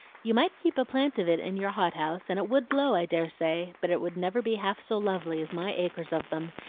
you might keep a plant of it in your hot-house, and it would blow i dare say but it would never be half so lovely as my acres of them,